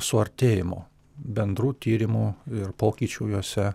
suartėjimo bendrų tyrimų ir pokyčių jose